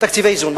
תקציבי איזון.